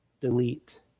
delete